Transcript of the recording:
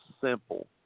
simple